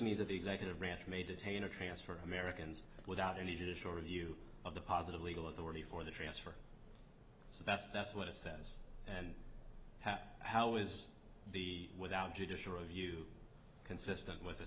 that the executive branch may detain or transfer americans without any judicial review of the positive legal authority for the transfer so that's that's what it says and how how is the without judicial review consistent with a